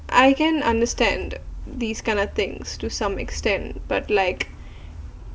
I can understand these kind of things to some extent but like